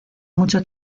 mucho